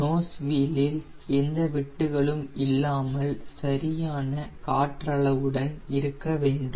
nose வீலில் எந்த வெட்டுகளும் இல்லாமல் சரியான காற்றளவுடன் இருக்க வேண்டும்